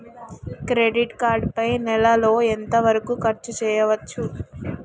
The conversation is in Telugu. క్రెడిట్ కార్డ్ పై నెల లో ఎంత వరకూ ఖర్చు చేయవచ్చు?